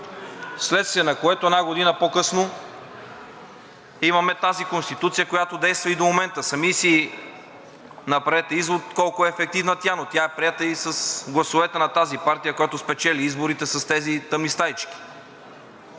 вследствие на което една година по-късно имаме тази Конституция, която действа и до момента. Сами си направете извод колко е ефективна тя, но тя е приета и с гласовете на тази партия, която спечели изборите с тези тъмни стаички.